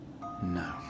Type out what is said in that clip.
No